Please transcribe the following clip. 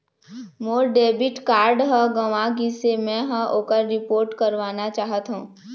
मोर debit card ह गंवा गिसे, मै ह ओकर रिपोर्ट करवाना चाहथों